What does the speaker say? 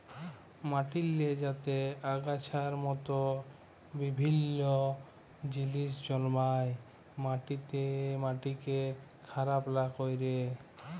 মাটিল্লে যাতে আগাছার মত বিভিল্ল্য জিলিস জল্মায় মাটিকে খারাপ লা ক্যরে